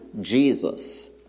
Jesus